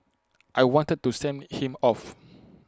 I wanted to send him off